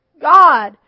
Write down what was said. God